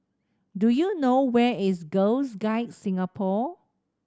do you know where is Girl's Guides Singapore